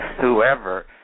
whoever